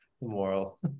moral